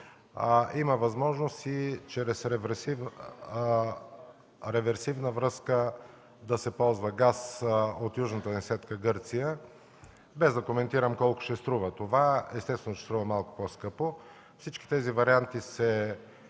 има възможност и чрез реверсивна връзка да се ползва газ от южната ни съседка Гърция, без да коментирам колко ще струва това. Естествено че ще струва малко по-скъпо. Всички тези варианти се